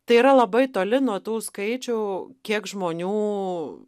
tai yra labai toli nuo tų skaičių kiek žmonių